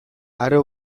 aro